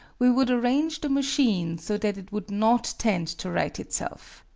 we would arrange the machine so that it would not tend to right itself.